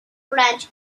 branch